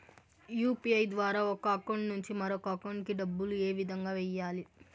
UPI ద్వారా ఒక account నుంచి మరొక అకౌంట్ కి డబ్బులు ఏ విధంగా వెయ్యాలి